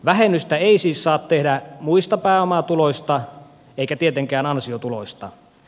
vähennystä ei siis saa tehdä muista pääomatuloista eikä tietenkään ansiotuloista